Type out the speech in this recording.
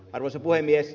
arvoisa puhemies